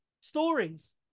stories